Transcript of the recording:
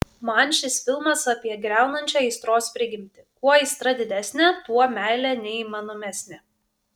man šis filmas apie griaunančią aistros prigimtį kuo aistra didesnė tuo meilė neįmanomesnė